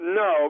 no